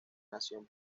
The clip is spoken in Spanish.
nación